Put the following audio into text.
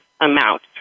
amount